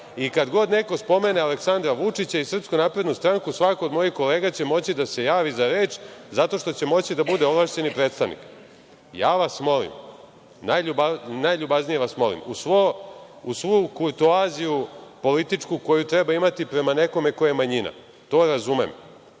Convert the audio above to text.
i kad god neko spomene Aleksandra Vučića i SNS svako od mojih kolega će moći da se javi za reč, zato što će moći da bude ovlašćeni predstavnik. Ja vas molim, najljubaznije vas molim, uz svu kurtoaziju političku koju treba imati prema nekome ko je manjina, to razumem,